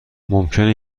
ممکنه